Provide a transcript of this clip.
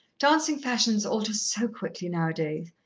dancin' fashions alter so quickly now-a-days,